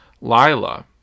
Lila